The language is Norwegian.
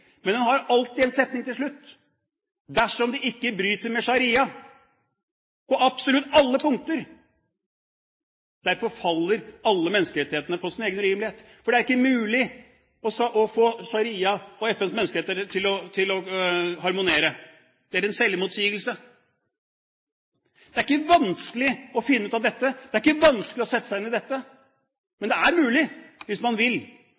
men den har alltid en setning til slutt, «dersom det ikke bryter med sharia», på absolutt alle punkter. Derfor faller alle menneskerettighetene på sin egen urimelighet, for det er ikke mulig å få sharia og FNs menneskerettigheter til å harmonere. Det er en selvmotsigelse. Det er ikke vanskelig å finne ut av dette. Det er ikke vanskelig å sette seg inn i dette. Det er mulig, hvis man vil,